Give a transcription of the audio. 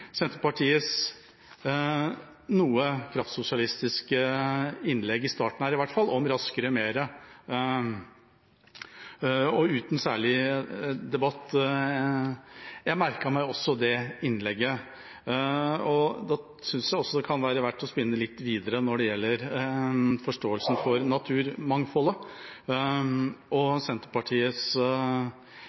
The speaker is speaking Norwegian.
Senterpartiets innlegg i starten her i hvert fall noe kraftsosialistisk, om raskere, mer og uten særlig debatt – jeg merket meg også det innlegget. Jeg syns også det kan være verdt å spinne litt videre når det gjelder forståelsen for naturmangfoldet. Og Senterpartiets